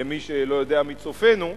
למי שלא יודע, מצופינו,